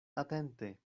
atente